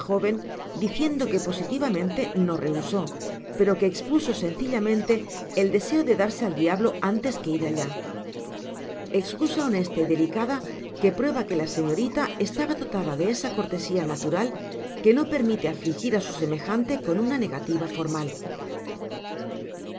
diciendo que positivamen te no rehusó pero que expuso sencillamente el deseo de darse al diablo antes que ir allá excusa honesta y delicada que prueba que la señorita estaba dotada de esa cortesia natural que no permite afligir á su semejante con una negativa formal